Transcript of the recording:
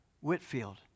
Whitfield